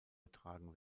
getragen